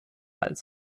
als